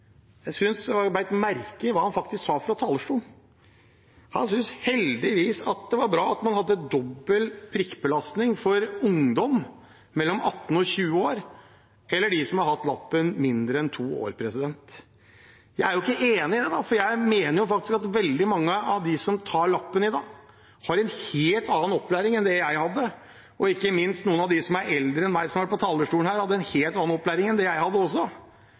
jeg bet meg merke i hva han faktisk sa fra talerstolen. Han syntes det var bra at man hadde dobbel prikkbelastning for ungdom mellom 18 og 20 år eller de som har hatt «lappen» i mindre enn to år. Jeg er ikke enig i det, for jeg mener faktisk at veldig mange av dem som tar «lappen» i dag, har en helt annen opplæring enn det jeg hadde, og noen av dem som er eldre enn meg, som har vært på talerstolen her, hadde en helt annen opplæring enn det jeg hadde.